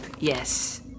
Yes